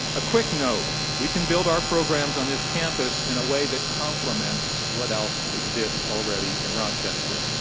a quick note, we can build our programs on this campus in a way that complements what else exists already in rochester.